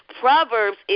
Proverbs